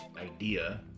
idea